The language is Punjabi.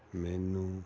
ਮੈਨੂੰ